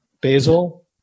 basil